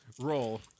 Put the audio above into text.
Roll